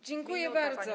Dziękuję bardzo.